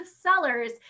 sellers